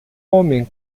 homem